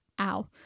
ow